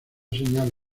señal